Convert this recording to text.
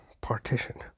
partition